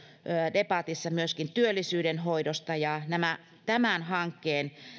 debatissa myöskin työllisyyden hoidosta tämän hankkeen